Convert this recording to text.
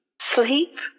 Sleep